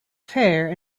fair